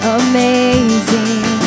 amazing